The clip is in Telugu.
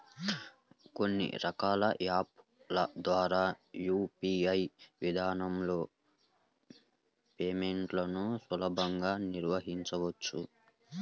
కొన్ని రకాల యాప్ ల ద్వారా యూ.పీ.ఐ విధానంలో పేమెంట్లను సులభంగా నిర్వహించవచ్చు